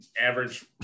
average